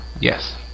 Yes